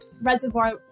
Reservoir